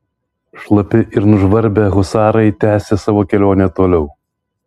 šlapi ir nužvarbę husarai tęsė savo kelionę toliau